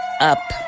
up